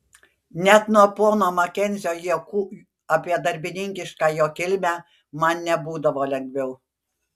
net nuo pono makenzio juokų apie darbininkišką jo kilmę man nebūdavo lengviau